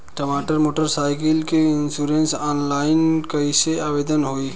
हमार motorcycle के insurance online कईसे आवेदन होई?